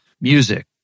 Music